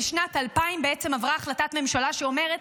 בשנת 2000 בעצם עברה החלטת ממשלה שאומרת